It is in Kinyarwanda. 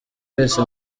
wese